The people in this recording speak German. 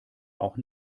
auch